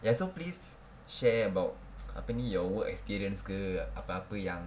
ya so please share about apa ni your work experience ke apa apa yang